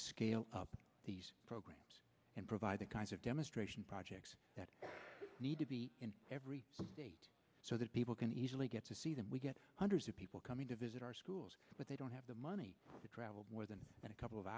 scale up these programs and provide the kinds of demonstration projects that need to be in every state so that people can easily get to see them we get hundreds of people coming to visit our schools but they don't have the money to travel more than a couple of